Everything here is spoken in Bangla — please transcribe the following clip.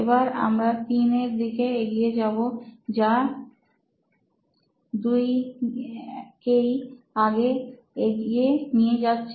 এবার আমরা 3 এর দিকে এগিয়ে যাবো যা 2 কেই আগে এগিয়ে নিয়ে যাচ্ছে